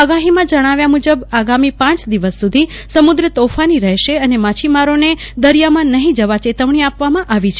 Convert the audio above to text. આગાહીમાં જણાવ્યા મુજબ આગામી પાંચ દિવસ સુધી સમુદ્ર તોફાની રહેશે અને માછીમારોને દરિયામાં નહીં જવા ચેતવણી આપવામાં આવી છે